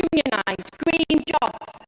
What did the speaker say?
yeah green jobs,